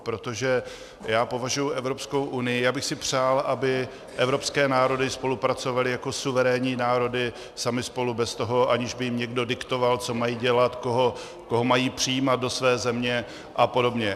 Protože já považuji Evropskou unii, přál bych si, aby evropské národy spolupracovaly jako suverénní národy samy spolu bez toho, aniž by jim někdo diktoval, co mají dělat, koho mají přijímat do své země a podobně.